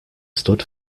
stood